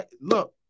look